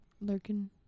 Lurking